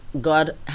god